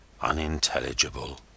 unintelligible